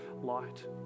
light